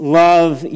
love